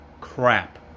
crap